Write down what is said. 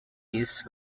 east